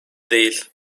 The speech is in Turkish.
değil